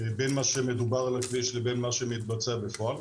בין מה שמדובר על כביש לבין מה שמתבצע בפועל.